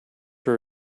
your